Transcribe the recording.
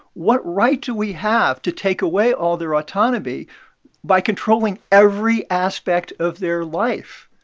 what right do we have to take away all their autonomy by controlling every aspect of their life?